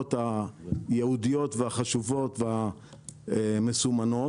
הסחורות הייעודיות והחשובות והמסומנות